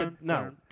no